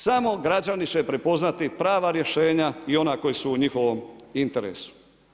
Samo građani će prepoznati prava rješenja i ona koja su u njihovom interesu.